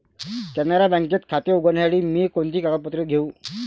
कॅनरा बँकेत खाते उघडण्यासाठी मी कोणती कागदपत्रे घेऊ?